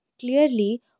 Clearly